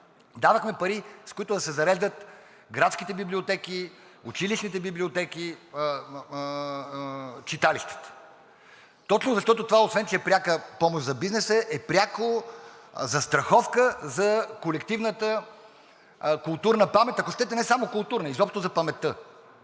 Давахме пари, с които да се зареждат градските библиотеки, училищните библиотеки, читалищата. Точно защото това, освен че е пряка помощ за бизнеса, е пряка застраховка за колективната културна памет, ако щете не само културна, изобщо за паметта.